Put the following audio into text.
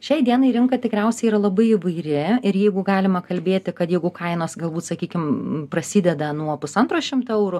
šiai dienai rinka tikriausiai yra labai įvairi ir jeigu galima kalbėti kad jeigu kainos galbūt sakykim prasideda nuo pusantro šimto eurų